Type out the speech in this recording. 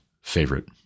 favorite